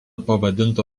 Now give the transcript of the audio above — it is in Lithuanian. pavadinta